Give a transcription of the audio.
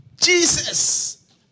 Jesus